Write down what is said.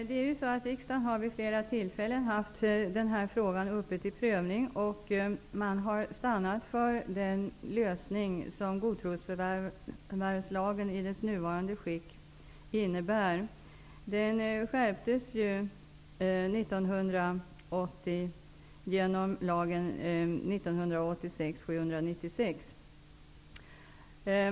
Herr talman! Riksdagen har vid flera tillfällen haft denna fråga uppe till prövning, och man har stannat för den lösning som godtrosförvärvslagen i dess nuvarande skick innebär. Den skärptes genom lagen 1986:796.